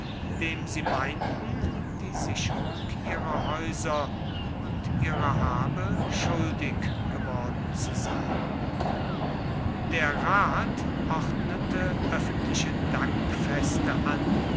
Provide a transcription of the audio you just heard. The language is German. dem sie meinten die sicherung ihrer häuser und ihrer habe schuldig geworden zu sein der rat ordnete öffentliche dankfeste an